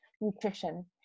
nutrition